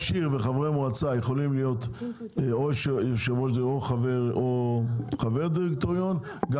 וחברי מועצה יכולים להיות יושב-ראש או חבר דירקטוריון גם